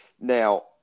Now